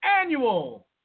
annual